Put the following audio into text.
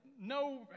No